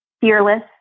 fearless